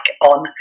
on